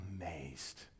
amazed